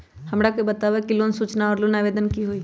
हमरा के बताव कि लोन सूचना और लोन आवेदन की होई?